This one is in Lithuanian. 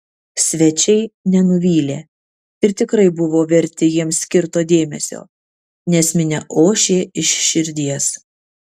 svečiai nenuvylė ir tikrai buvo verti jiems skirto dėmesio nes minia ošė iš širdies